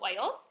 oils